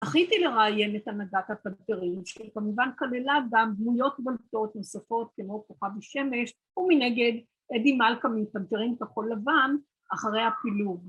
‫זכיתי לראיין את המדעת התנדברים ‫שכמובן כללה גם דמויות בולטות נוספות ‫כמו כוכבי שמש ומנגד אדי מלכה ‫מפנתרים כחול לבן אחרי הפילוג.